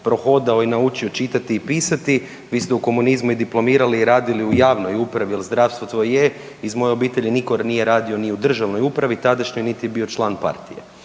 prohodao i naučiti čitati i pisati, vi ste u komunizmu i diplomirali i radili u javnoj upravi jer zdravstvo to je, iz moje obitelji nitko nije radio ni u državnoj upravi tadašnjoj niti je bio član partije.